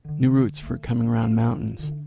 new routes for coming round mountains.